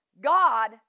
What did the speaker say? God